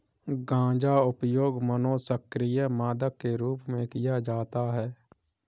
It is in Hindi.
गांजा उपयोग मनोसक्रिय मादक के रूप में किया जाता है